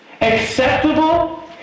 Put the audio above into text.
Acceptable